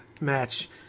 match